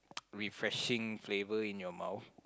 refreshing flavor in your mouth